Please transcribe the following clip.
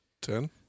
Ten